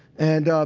and